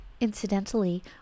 Incidentally